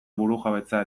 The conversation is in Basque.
burujabetza